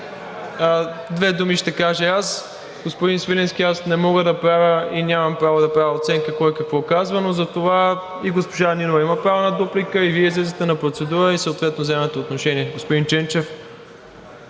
две думи ще кажа аз. Господин Свиленски, не мога да правя и нямам право да правя оценка кой какво казва, но затова и госпожа Нинова има право на дуплика, и Вие излизате на процедура и съответно вземате отношение. Господин Ченчев.